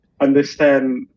understand